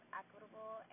equitable